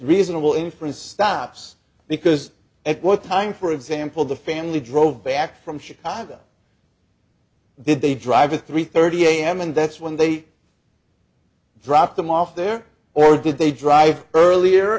reasonable inference stops because at what time for example the family drove back from chicago did they drive at three thirty am and that's when they dropped them off there or did they drive earlier